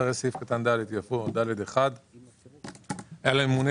אחרי סעיף קטן (ד) יבוא: "(ד1)היה לממונה